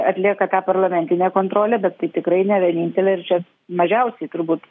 atlieka tą parlamentinę kontrolę bet tai tikrai ne vienintelė ir čia mažiausiai turbūt